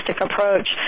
approach